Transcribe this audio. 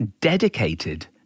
dedicated